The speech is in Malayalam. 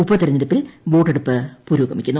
ഉപതെരഞ്ഞെടുപ്പിൽ വോട്ടെടുപ്പ് പുരോഗമിക്കുന്നു